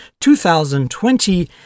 2020